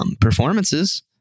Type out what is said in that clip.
performances